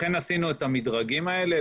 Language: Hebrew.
לכן עשינו את המדרגים האלה.